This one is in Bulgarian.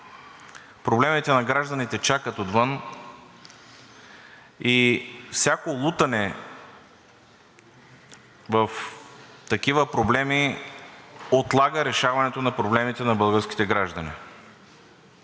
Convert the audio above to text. проблемите на гражданите чакат отвън и всяко лутане в такива проблеми отлага решаването на проблемите на българските граждани.